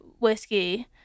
whiskey